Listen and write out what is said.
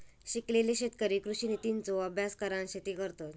शिकलेले शेतकरी कृषि नितींचो अभ्यास करान शेती करतत